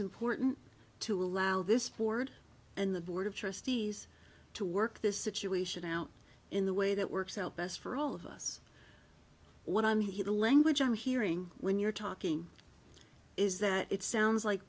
important to allow this board and the board of trustees to work this situation out in the way that works out best for all of us what i'm here the language i'm hearing when you're talking is that it sounds like